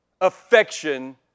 affection